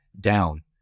down